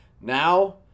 now